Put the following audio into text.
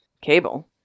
cable